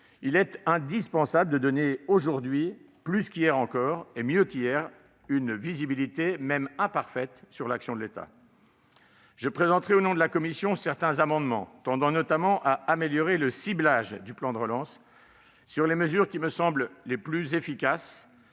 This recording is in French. il est indispensable, aujourd'hui encore plus qu'hier, de donner une visibilité, même imparfaite, sur l'action de l'État. Je présenterai au nom de la commission certains amendements tendant notamment à améliorer le ciblage du plan de relance sur les mesures qui me semblent les plus efficaces.